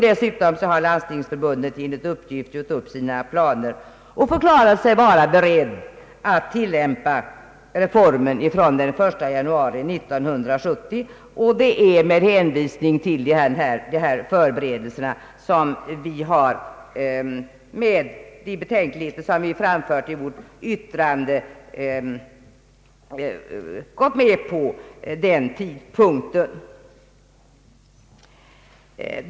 Dessutom har Landstingsförbundet enligt uppgift gjort upp sina planer och förklarat sig berett att tillämpa reformen från den 1 januari 1970. Det är med hänvisning till dessa förberedelser som vi — med de betänkligheter som vi framfört i vårt yttrande — gått med på den tidpunkten.